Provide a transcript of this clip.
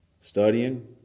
studying